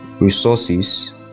resources